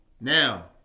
Now